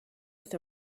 with